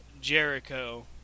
Jericho